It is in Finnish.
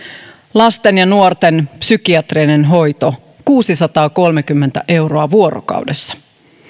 lasten ja nuorten psykiatrinen hoito kuusisataakolmekymmentä euroa vuorokaudessa